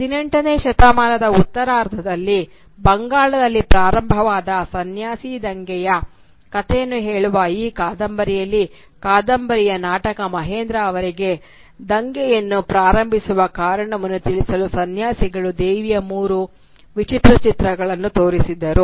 18 ನೇ ಶತಮಾನದ ಉತ್ತರಾರ್ಧದಲ್ಲಿ ಬಂಗಾಳದಲ್ಲಿ ಪ್ರಾರಂಭವಾದ ಸನ್ಯಾಸಿ ದಂಗೆಯ ಕಥೆಯನ್ನು ಹೇಳುವ ಈ ಕಾದಂಬರಿಯಲ್ಲಿ ಕಾದಂಬರಿಯ ನಾಯಕ ಮಹೇಂದ್ರ ಅವರಿಗೆ ದಂಗೆಯನ್ನು ಪ್ರಾರಂಭಿಸಿರುವ ಕಾರಣವನ್ನು ತಿಳಿಸಲು ಸನ್ಯಾಸಿಗಳು ದೇವಿಯ ಮೂರು ವಿಭಿನ್ನ ಚಿತ್ರಗಳನ್ನು ತೋರಿಸಿದರು